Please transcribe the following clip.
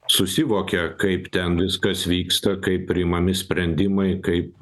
susivokia kaip ten viskas vyksta kaip priimami sprendimai kaip